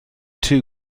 two